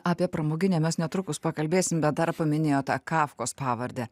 apie pramoginę mes netrukus pakalbėsim bet dar paminėjot tą kafkos pavardę